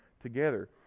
together